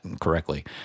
correctly